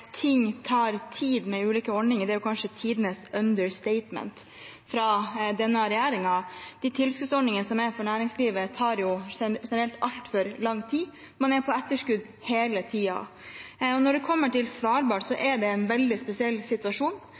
ting tar tid med ulike ordninger, er kanskje tidenes «understatement» fra denne regjeringen. De tilskuddsordningene som er for næringslivet, tar generelt altfor lang tid. Man er på etterskudd hele tiden. Når det kommer til Svalbard, er det en veldig spesiell situasjon,